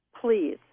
please